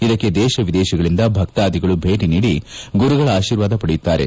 ಇದಕ್ಕೆ ದೇಶ ವಿದೇಶಗಳಂದ ಭಕ್ತಾಧಿಗಳು ಭೇಟಿ ನೀಡಿ ಗುರುಗಳ ಆಶೀರ್ವಾದ ಪಡೆಯುತ್ತಾರೆ